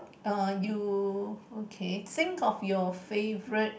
err you okay think of your favorite